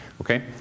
Okay